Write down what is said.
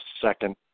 second